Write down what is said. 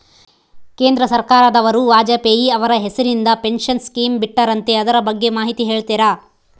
ಕೇಂದ್ರ ಸರ್ಕಾರದವರು ವಾಜಪೇಯಿ ಅವರ ಹೆಸರಿಂದ ಪೆನ್ಶನ್ ಸ್ಕೇಮ್ ಬಿಟ್ಟಾರಂತೆ ಅದರ ಬಗ್ಗೆ ಮಾಹಿತಿ ಹೇಳ್ತೇರಾ?